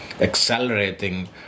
accelerating